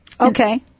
Okay